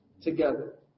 together